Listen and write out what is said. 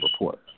report